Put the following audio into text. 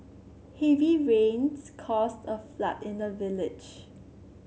heavy rains caused a flood in the village